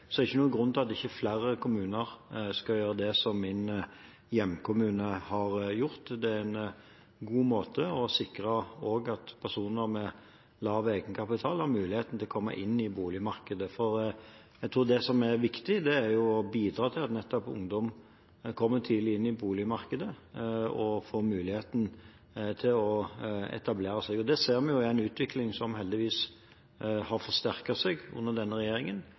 ikke noen grunn til at ikke flere kommuner skal gjøre det som min hjemkommune har gjort. Det er en god måte for å sikre at også personer med lav egenkapital har muligheten til å komme inn i boligmarkedet. Jeg tror det som er viktig, er å bidra til at nettopp ungdom kommer tidlig inn i boligmarkedet og får muligheten til å etablere seg. Det ser vi er en utvikling som heldigvis har forsterket seg under denne regjeringen.